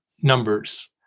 numbers